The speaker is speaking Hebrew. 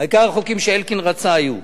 העיקר, החוקים שאלקין רצה היו.